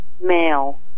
Male